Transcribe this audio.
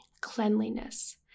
cleanliness